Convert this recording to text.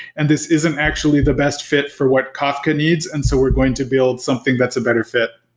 and this isn't actually the best fit for what kafka needs. and so we're going to build something that's a better fit.